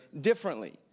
differently